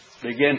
begin